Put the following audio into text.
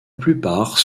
plupart